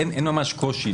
אין ממש קושי,